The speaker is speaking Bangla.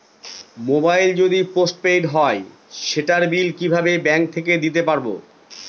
মোবাইল যদি পোসট পেইড হয় সেটার বিল কিভাবে ব্যাংক থেকে দিতে পারব?